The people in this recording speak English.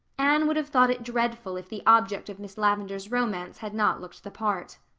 anne would have thought it dreadful if the object of miss lavendar's romance had not looked the part.